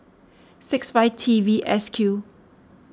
six five T V S Q